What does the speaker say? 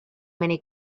many